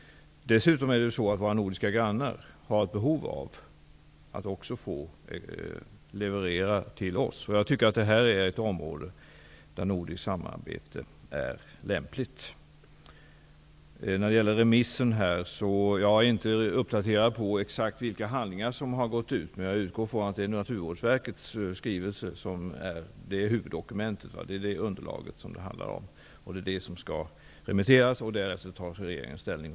Dessutom har våra nordiska grannar behov av att få leverera till oss. Jag tycker att det här är ett område där nordiskt samarbete är lämpligt. Jag har inte fått den senaste informationen om vilka handlingar som har gått ut på remiss. Men jag utgår från att Naturvårdsverkets skrivelse är huvuddokumentet. Det är det underlaget som skall remitteras. Därefter tar regeringen ställning.